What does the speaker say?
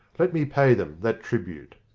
let me pay them that tribute.